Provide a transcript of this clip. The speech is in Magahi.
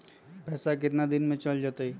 पैसा कितना दिन में चल जतई?